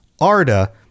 Arda